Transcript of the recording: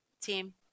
team